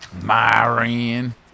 Myron